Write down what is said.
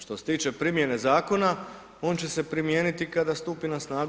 Što se tiče primjene zakona, on će se primijeniti kada stupi na snagu.